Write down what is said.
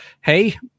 hey